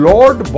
Lord